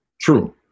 True